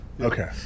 Okay